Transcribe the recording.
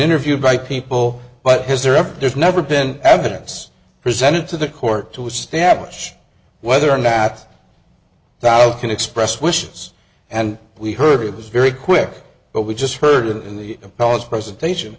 interviewed by people but has there ever there's never been evidence presented to the court to establish whether or not that's thou can express wishes and we heard it was very quick but we just heard it in the impellers presentation